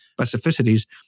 specificities